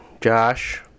Josh